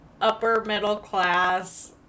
upper-middle-class